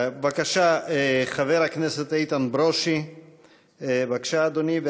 בבקשה, חבר הכנסת איתן ברושי, בבקשה, אדוני.